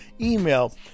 email